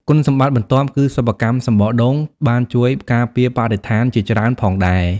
គុណសម្បត្តិបន្ទាប់គឺ សិប្បកម្មសំបកដូង បានជួយការពារបរិស្ថានជាច្រើនផងដែរ។